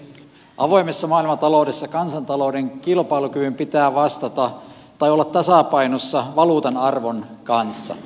avoimessa maailmantaloudessa kansantalouden kilpailukyvyn pitää vastata tai olla tasapainossa valuutan arvon kanssa